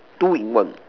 two in one